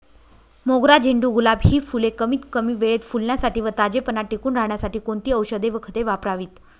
मोगरा, झेंडू, गुलाब हि फूले कमीत कमी वेळेत फुलण्यासाठी व ताजेपणा टिकून राहण्यासाठी कोणती औषधे व खते वापरावीत?